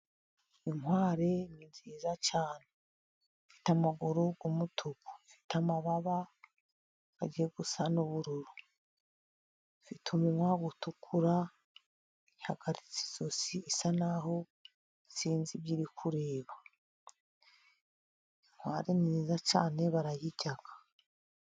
Inkware ni nziza cyane ifite amaguru y'umutuku ifite amababa ajya gusa n'ubururu ifite umunwa utukura ihagaritse ijosi isa naho sinzi ibyo iri kureba, inkware ni nziza cyane barayirya.